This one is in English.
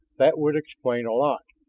that would explain a lot!